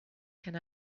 can